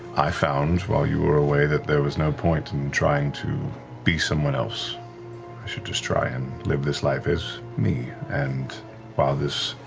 i found, while you were away, that there was no point in trying to be someone else. i should just try and live this life as me, and while this